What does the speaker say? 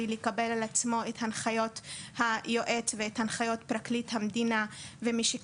לקבל על עצמו את הנחיות היועץ ואת הנחיות פרקליט המדינה ובשל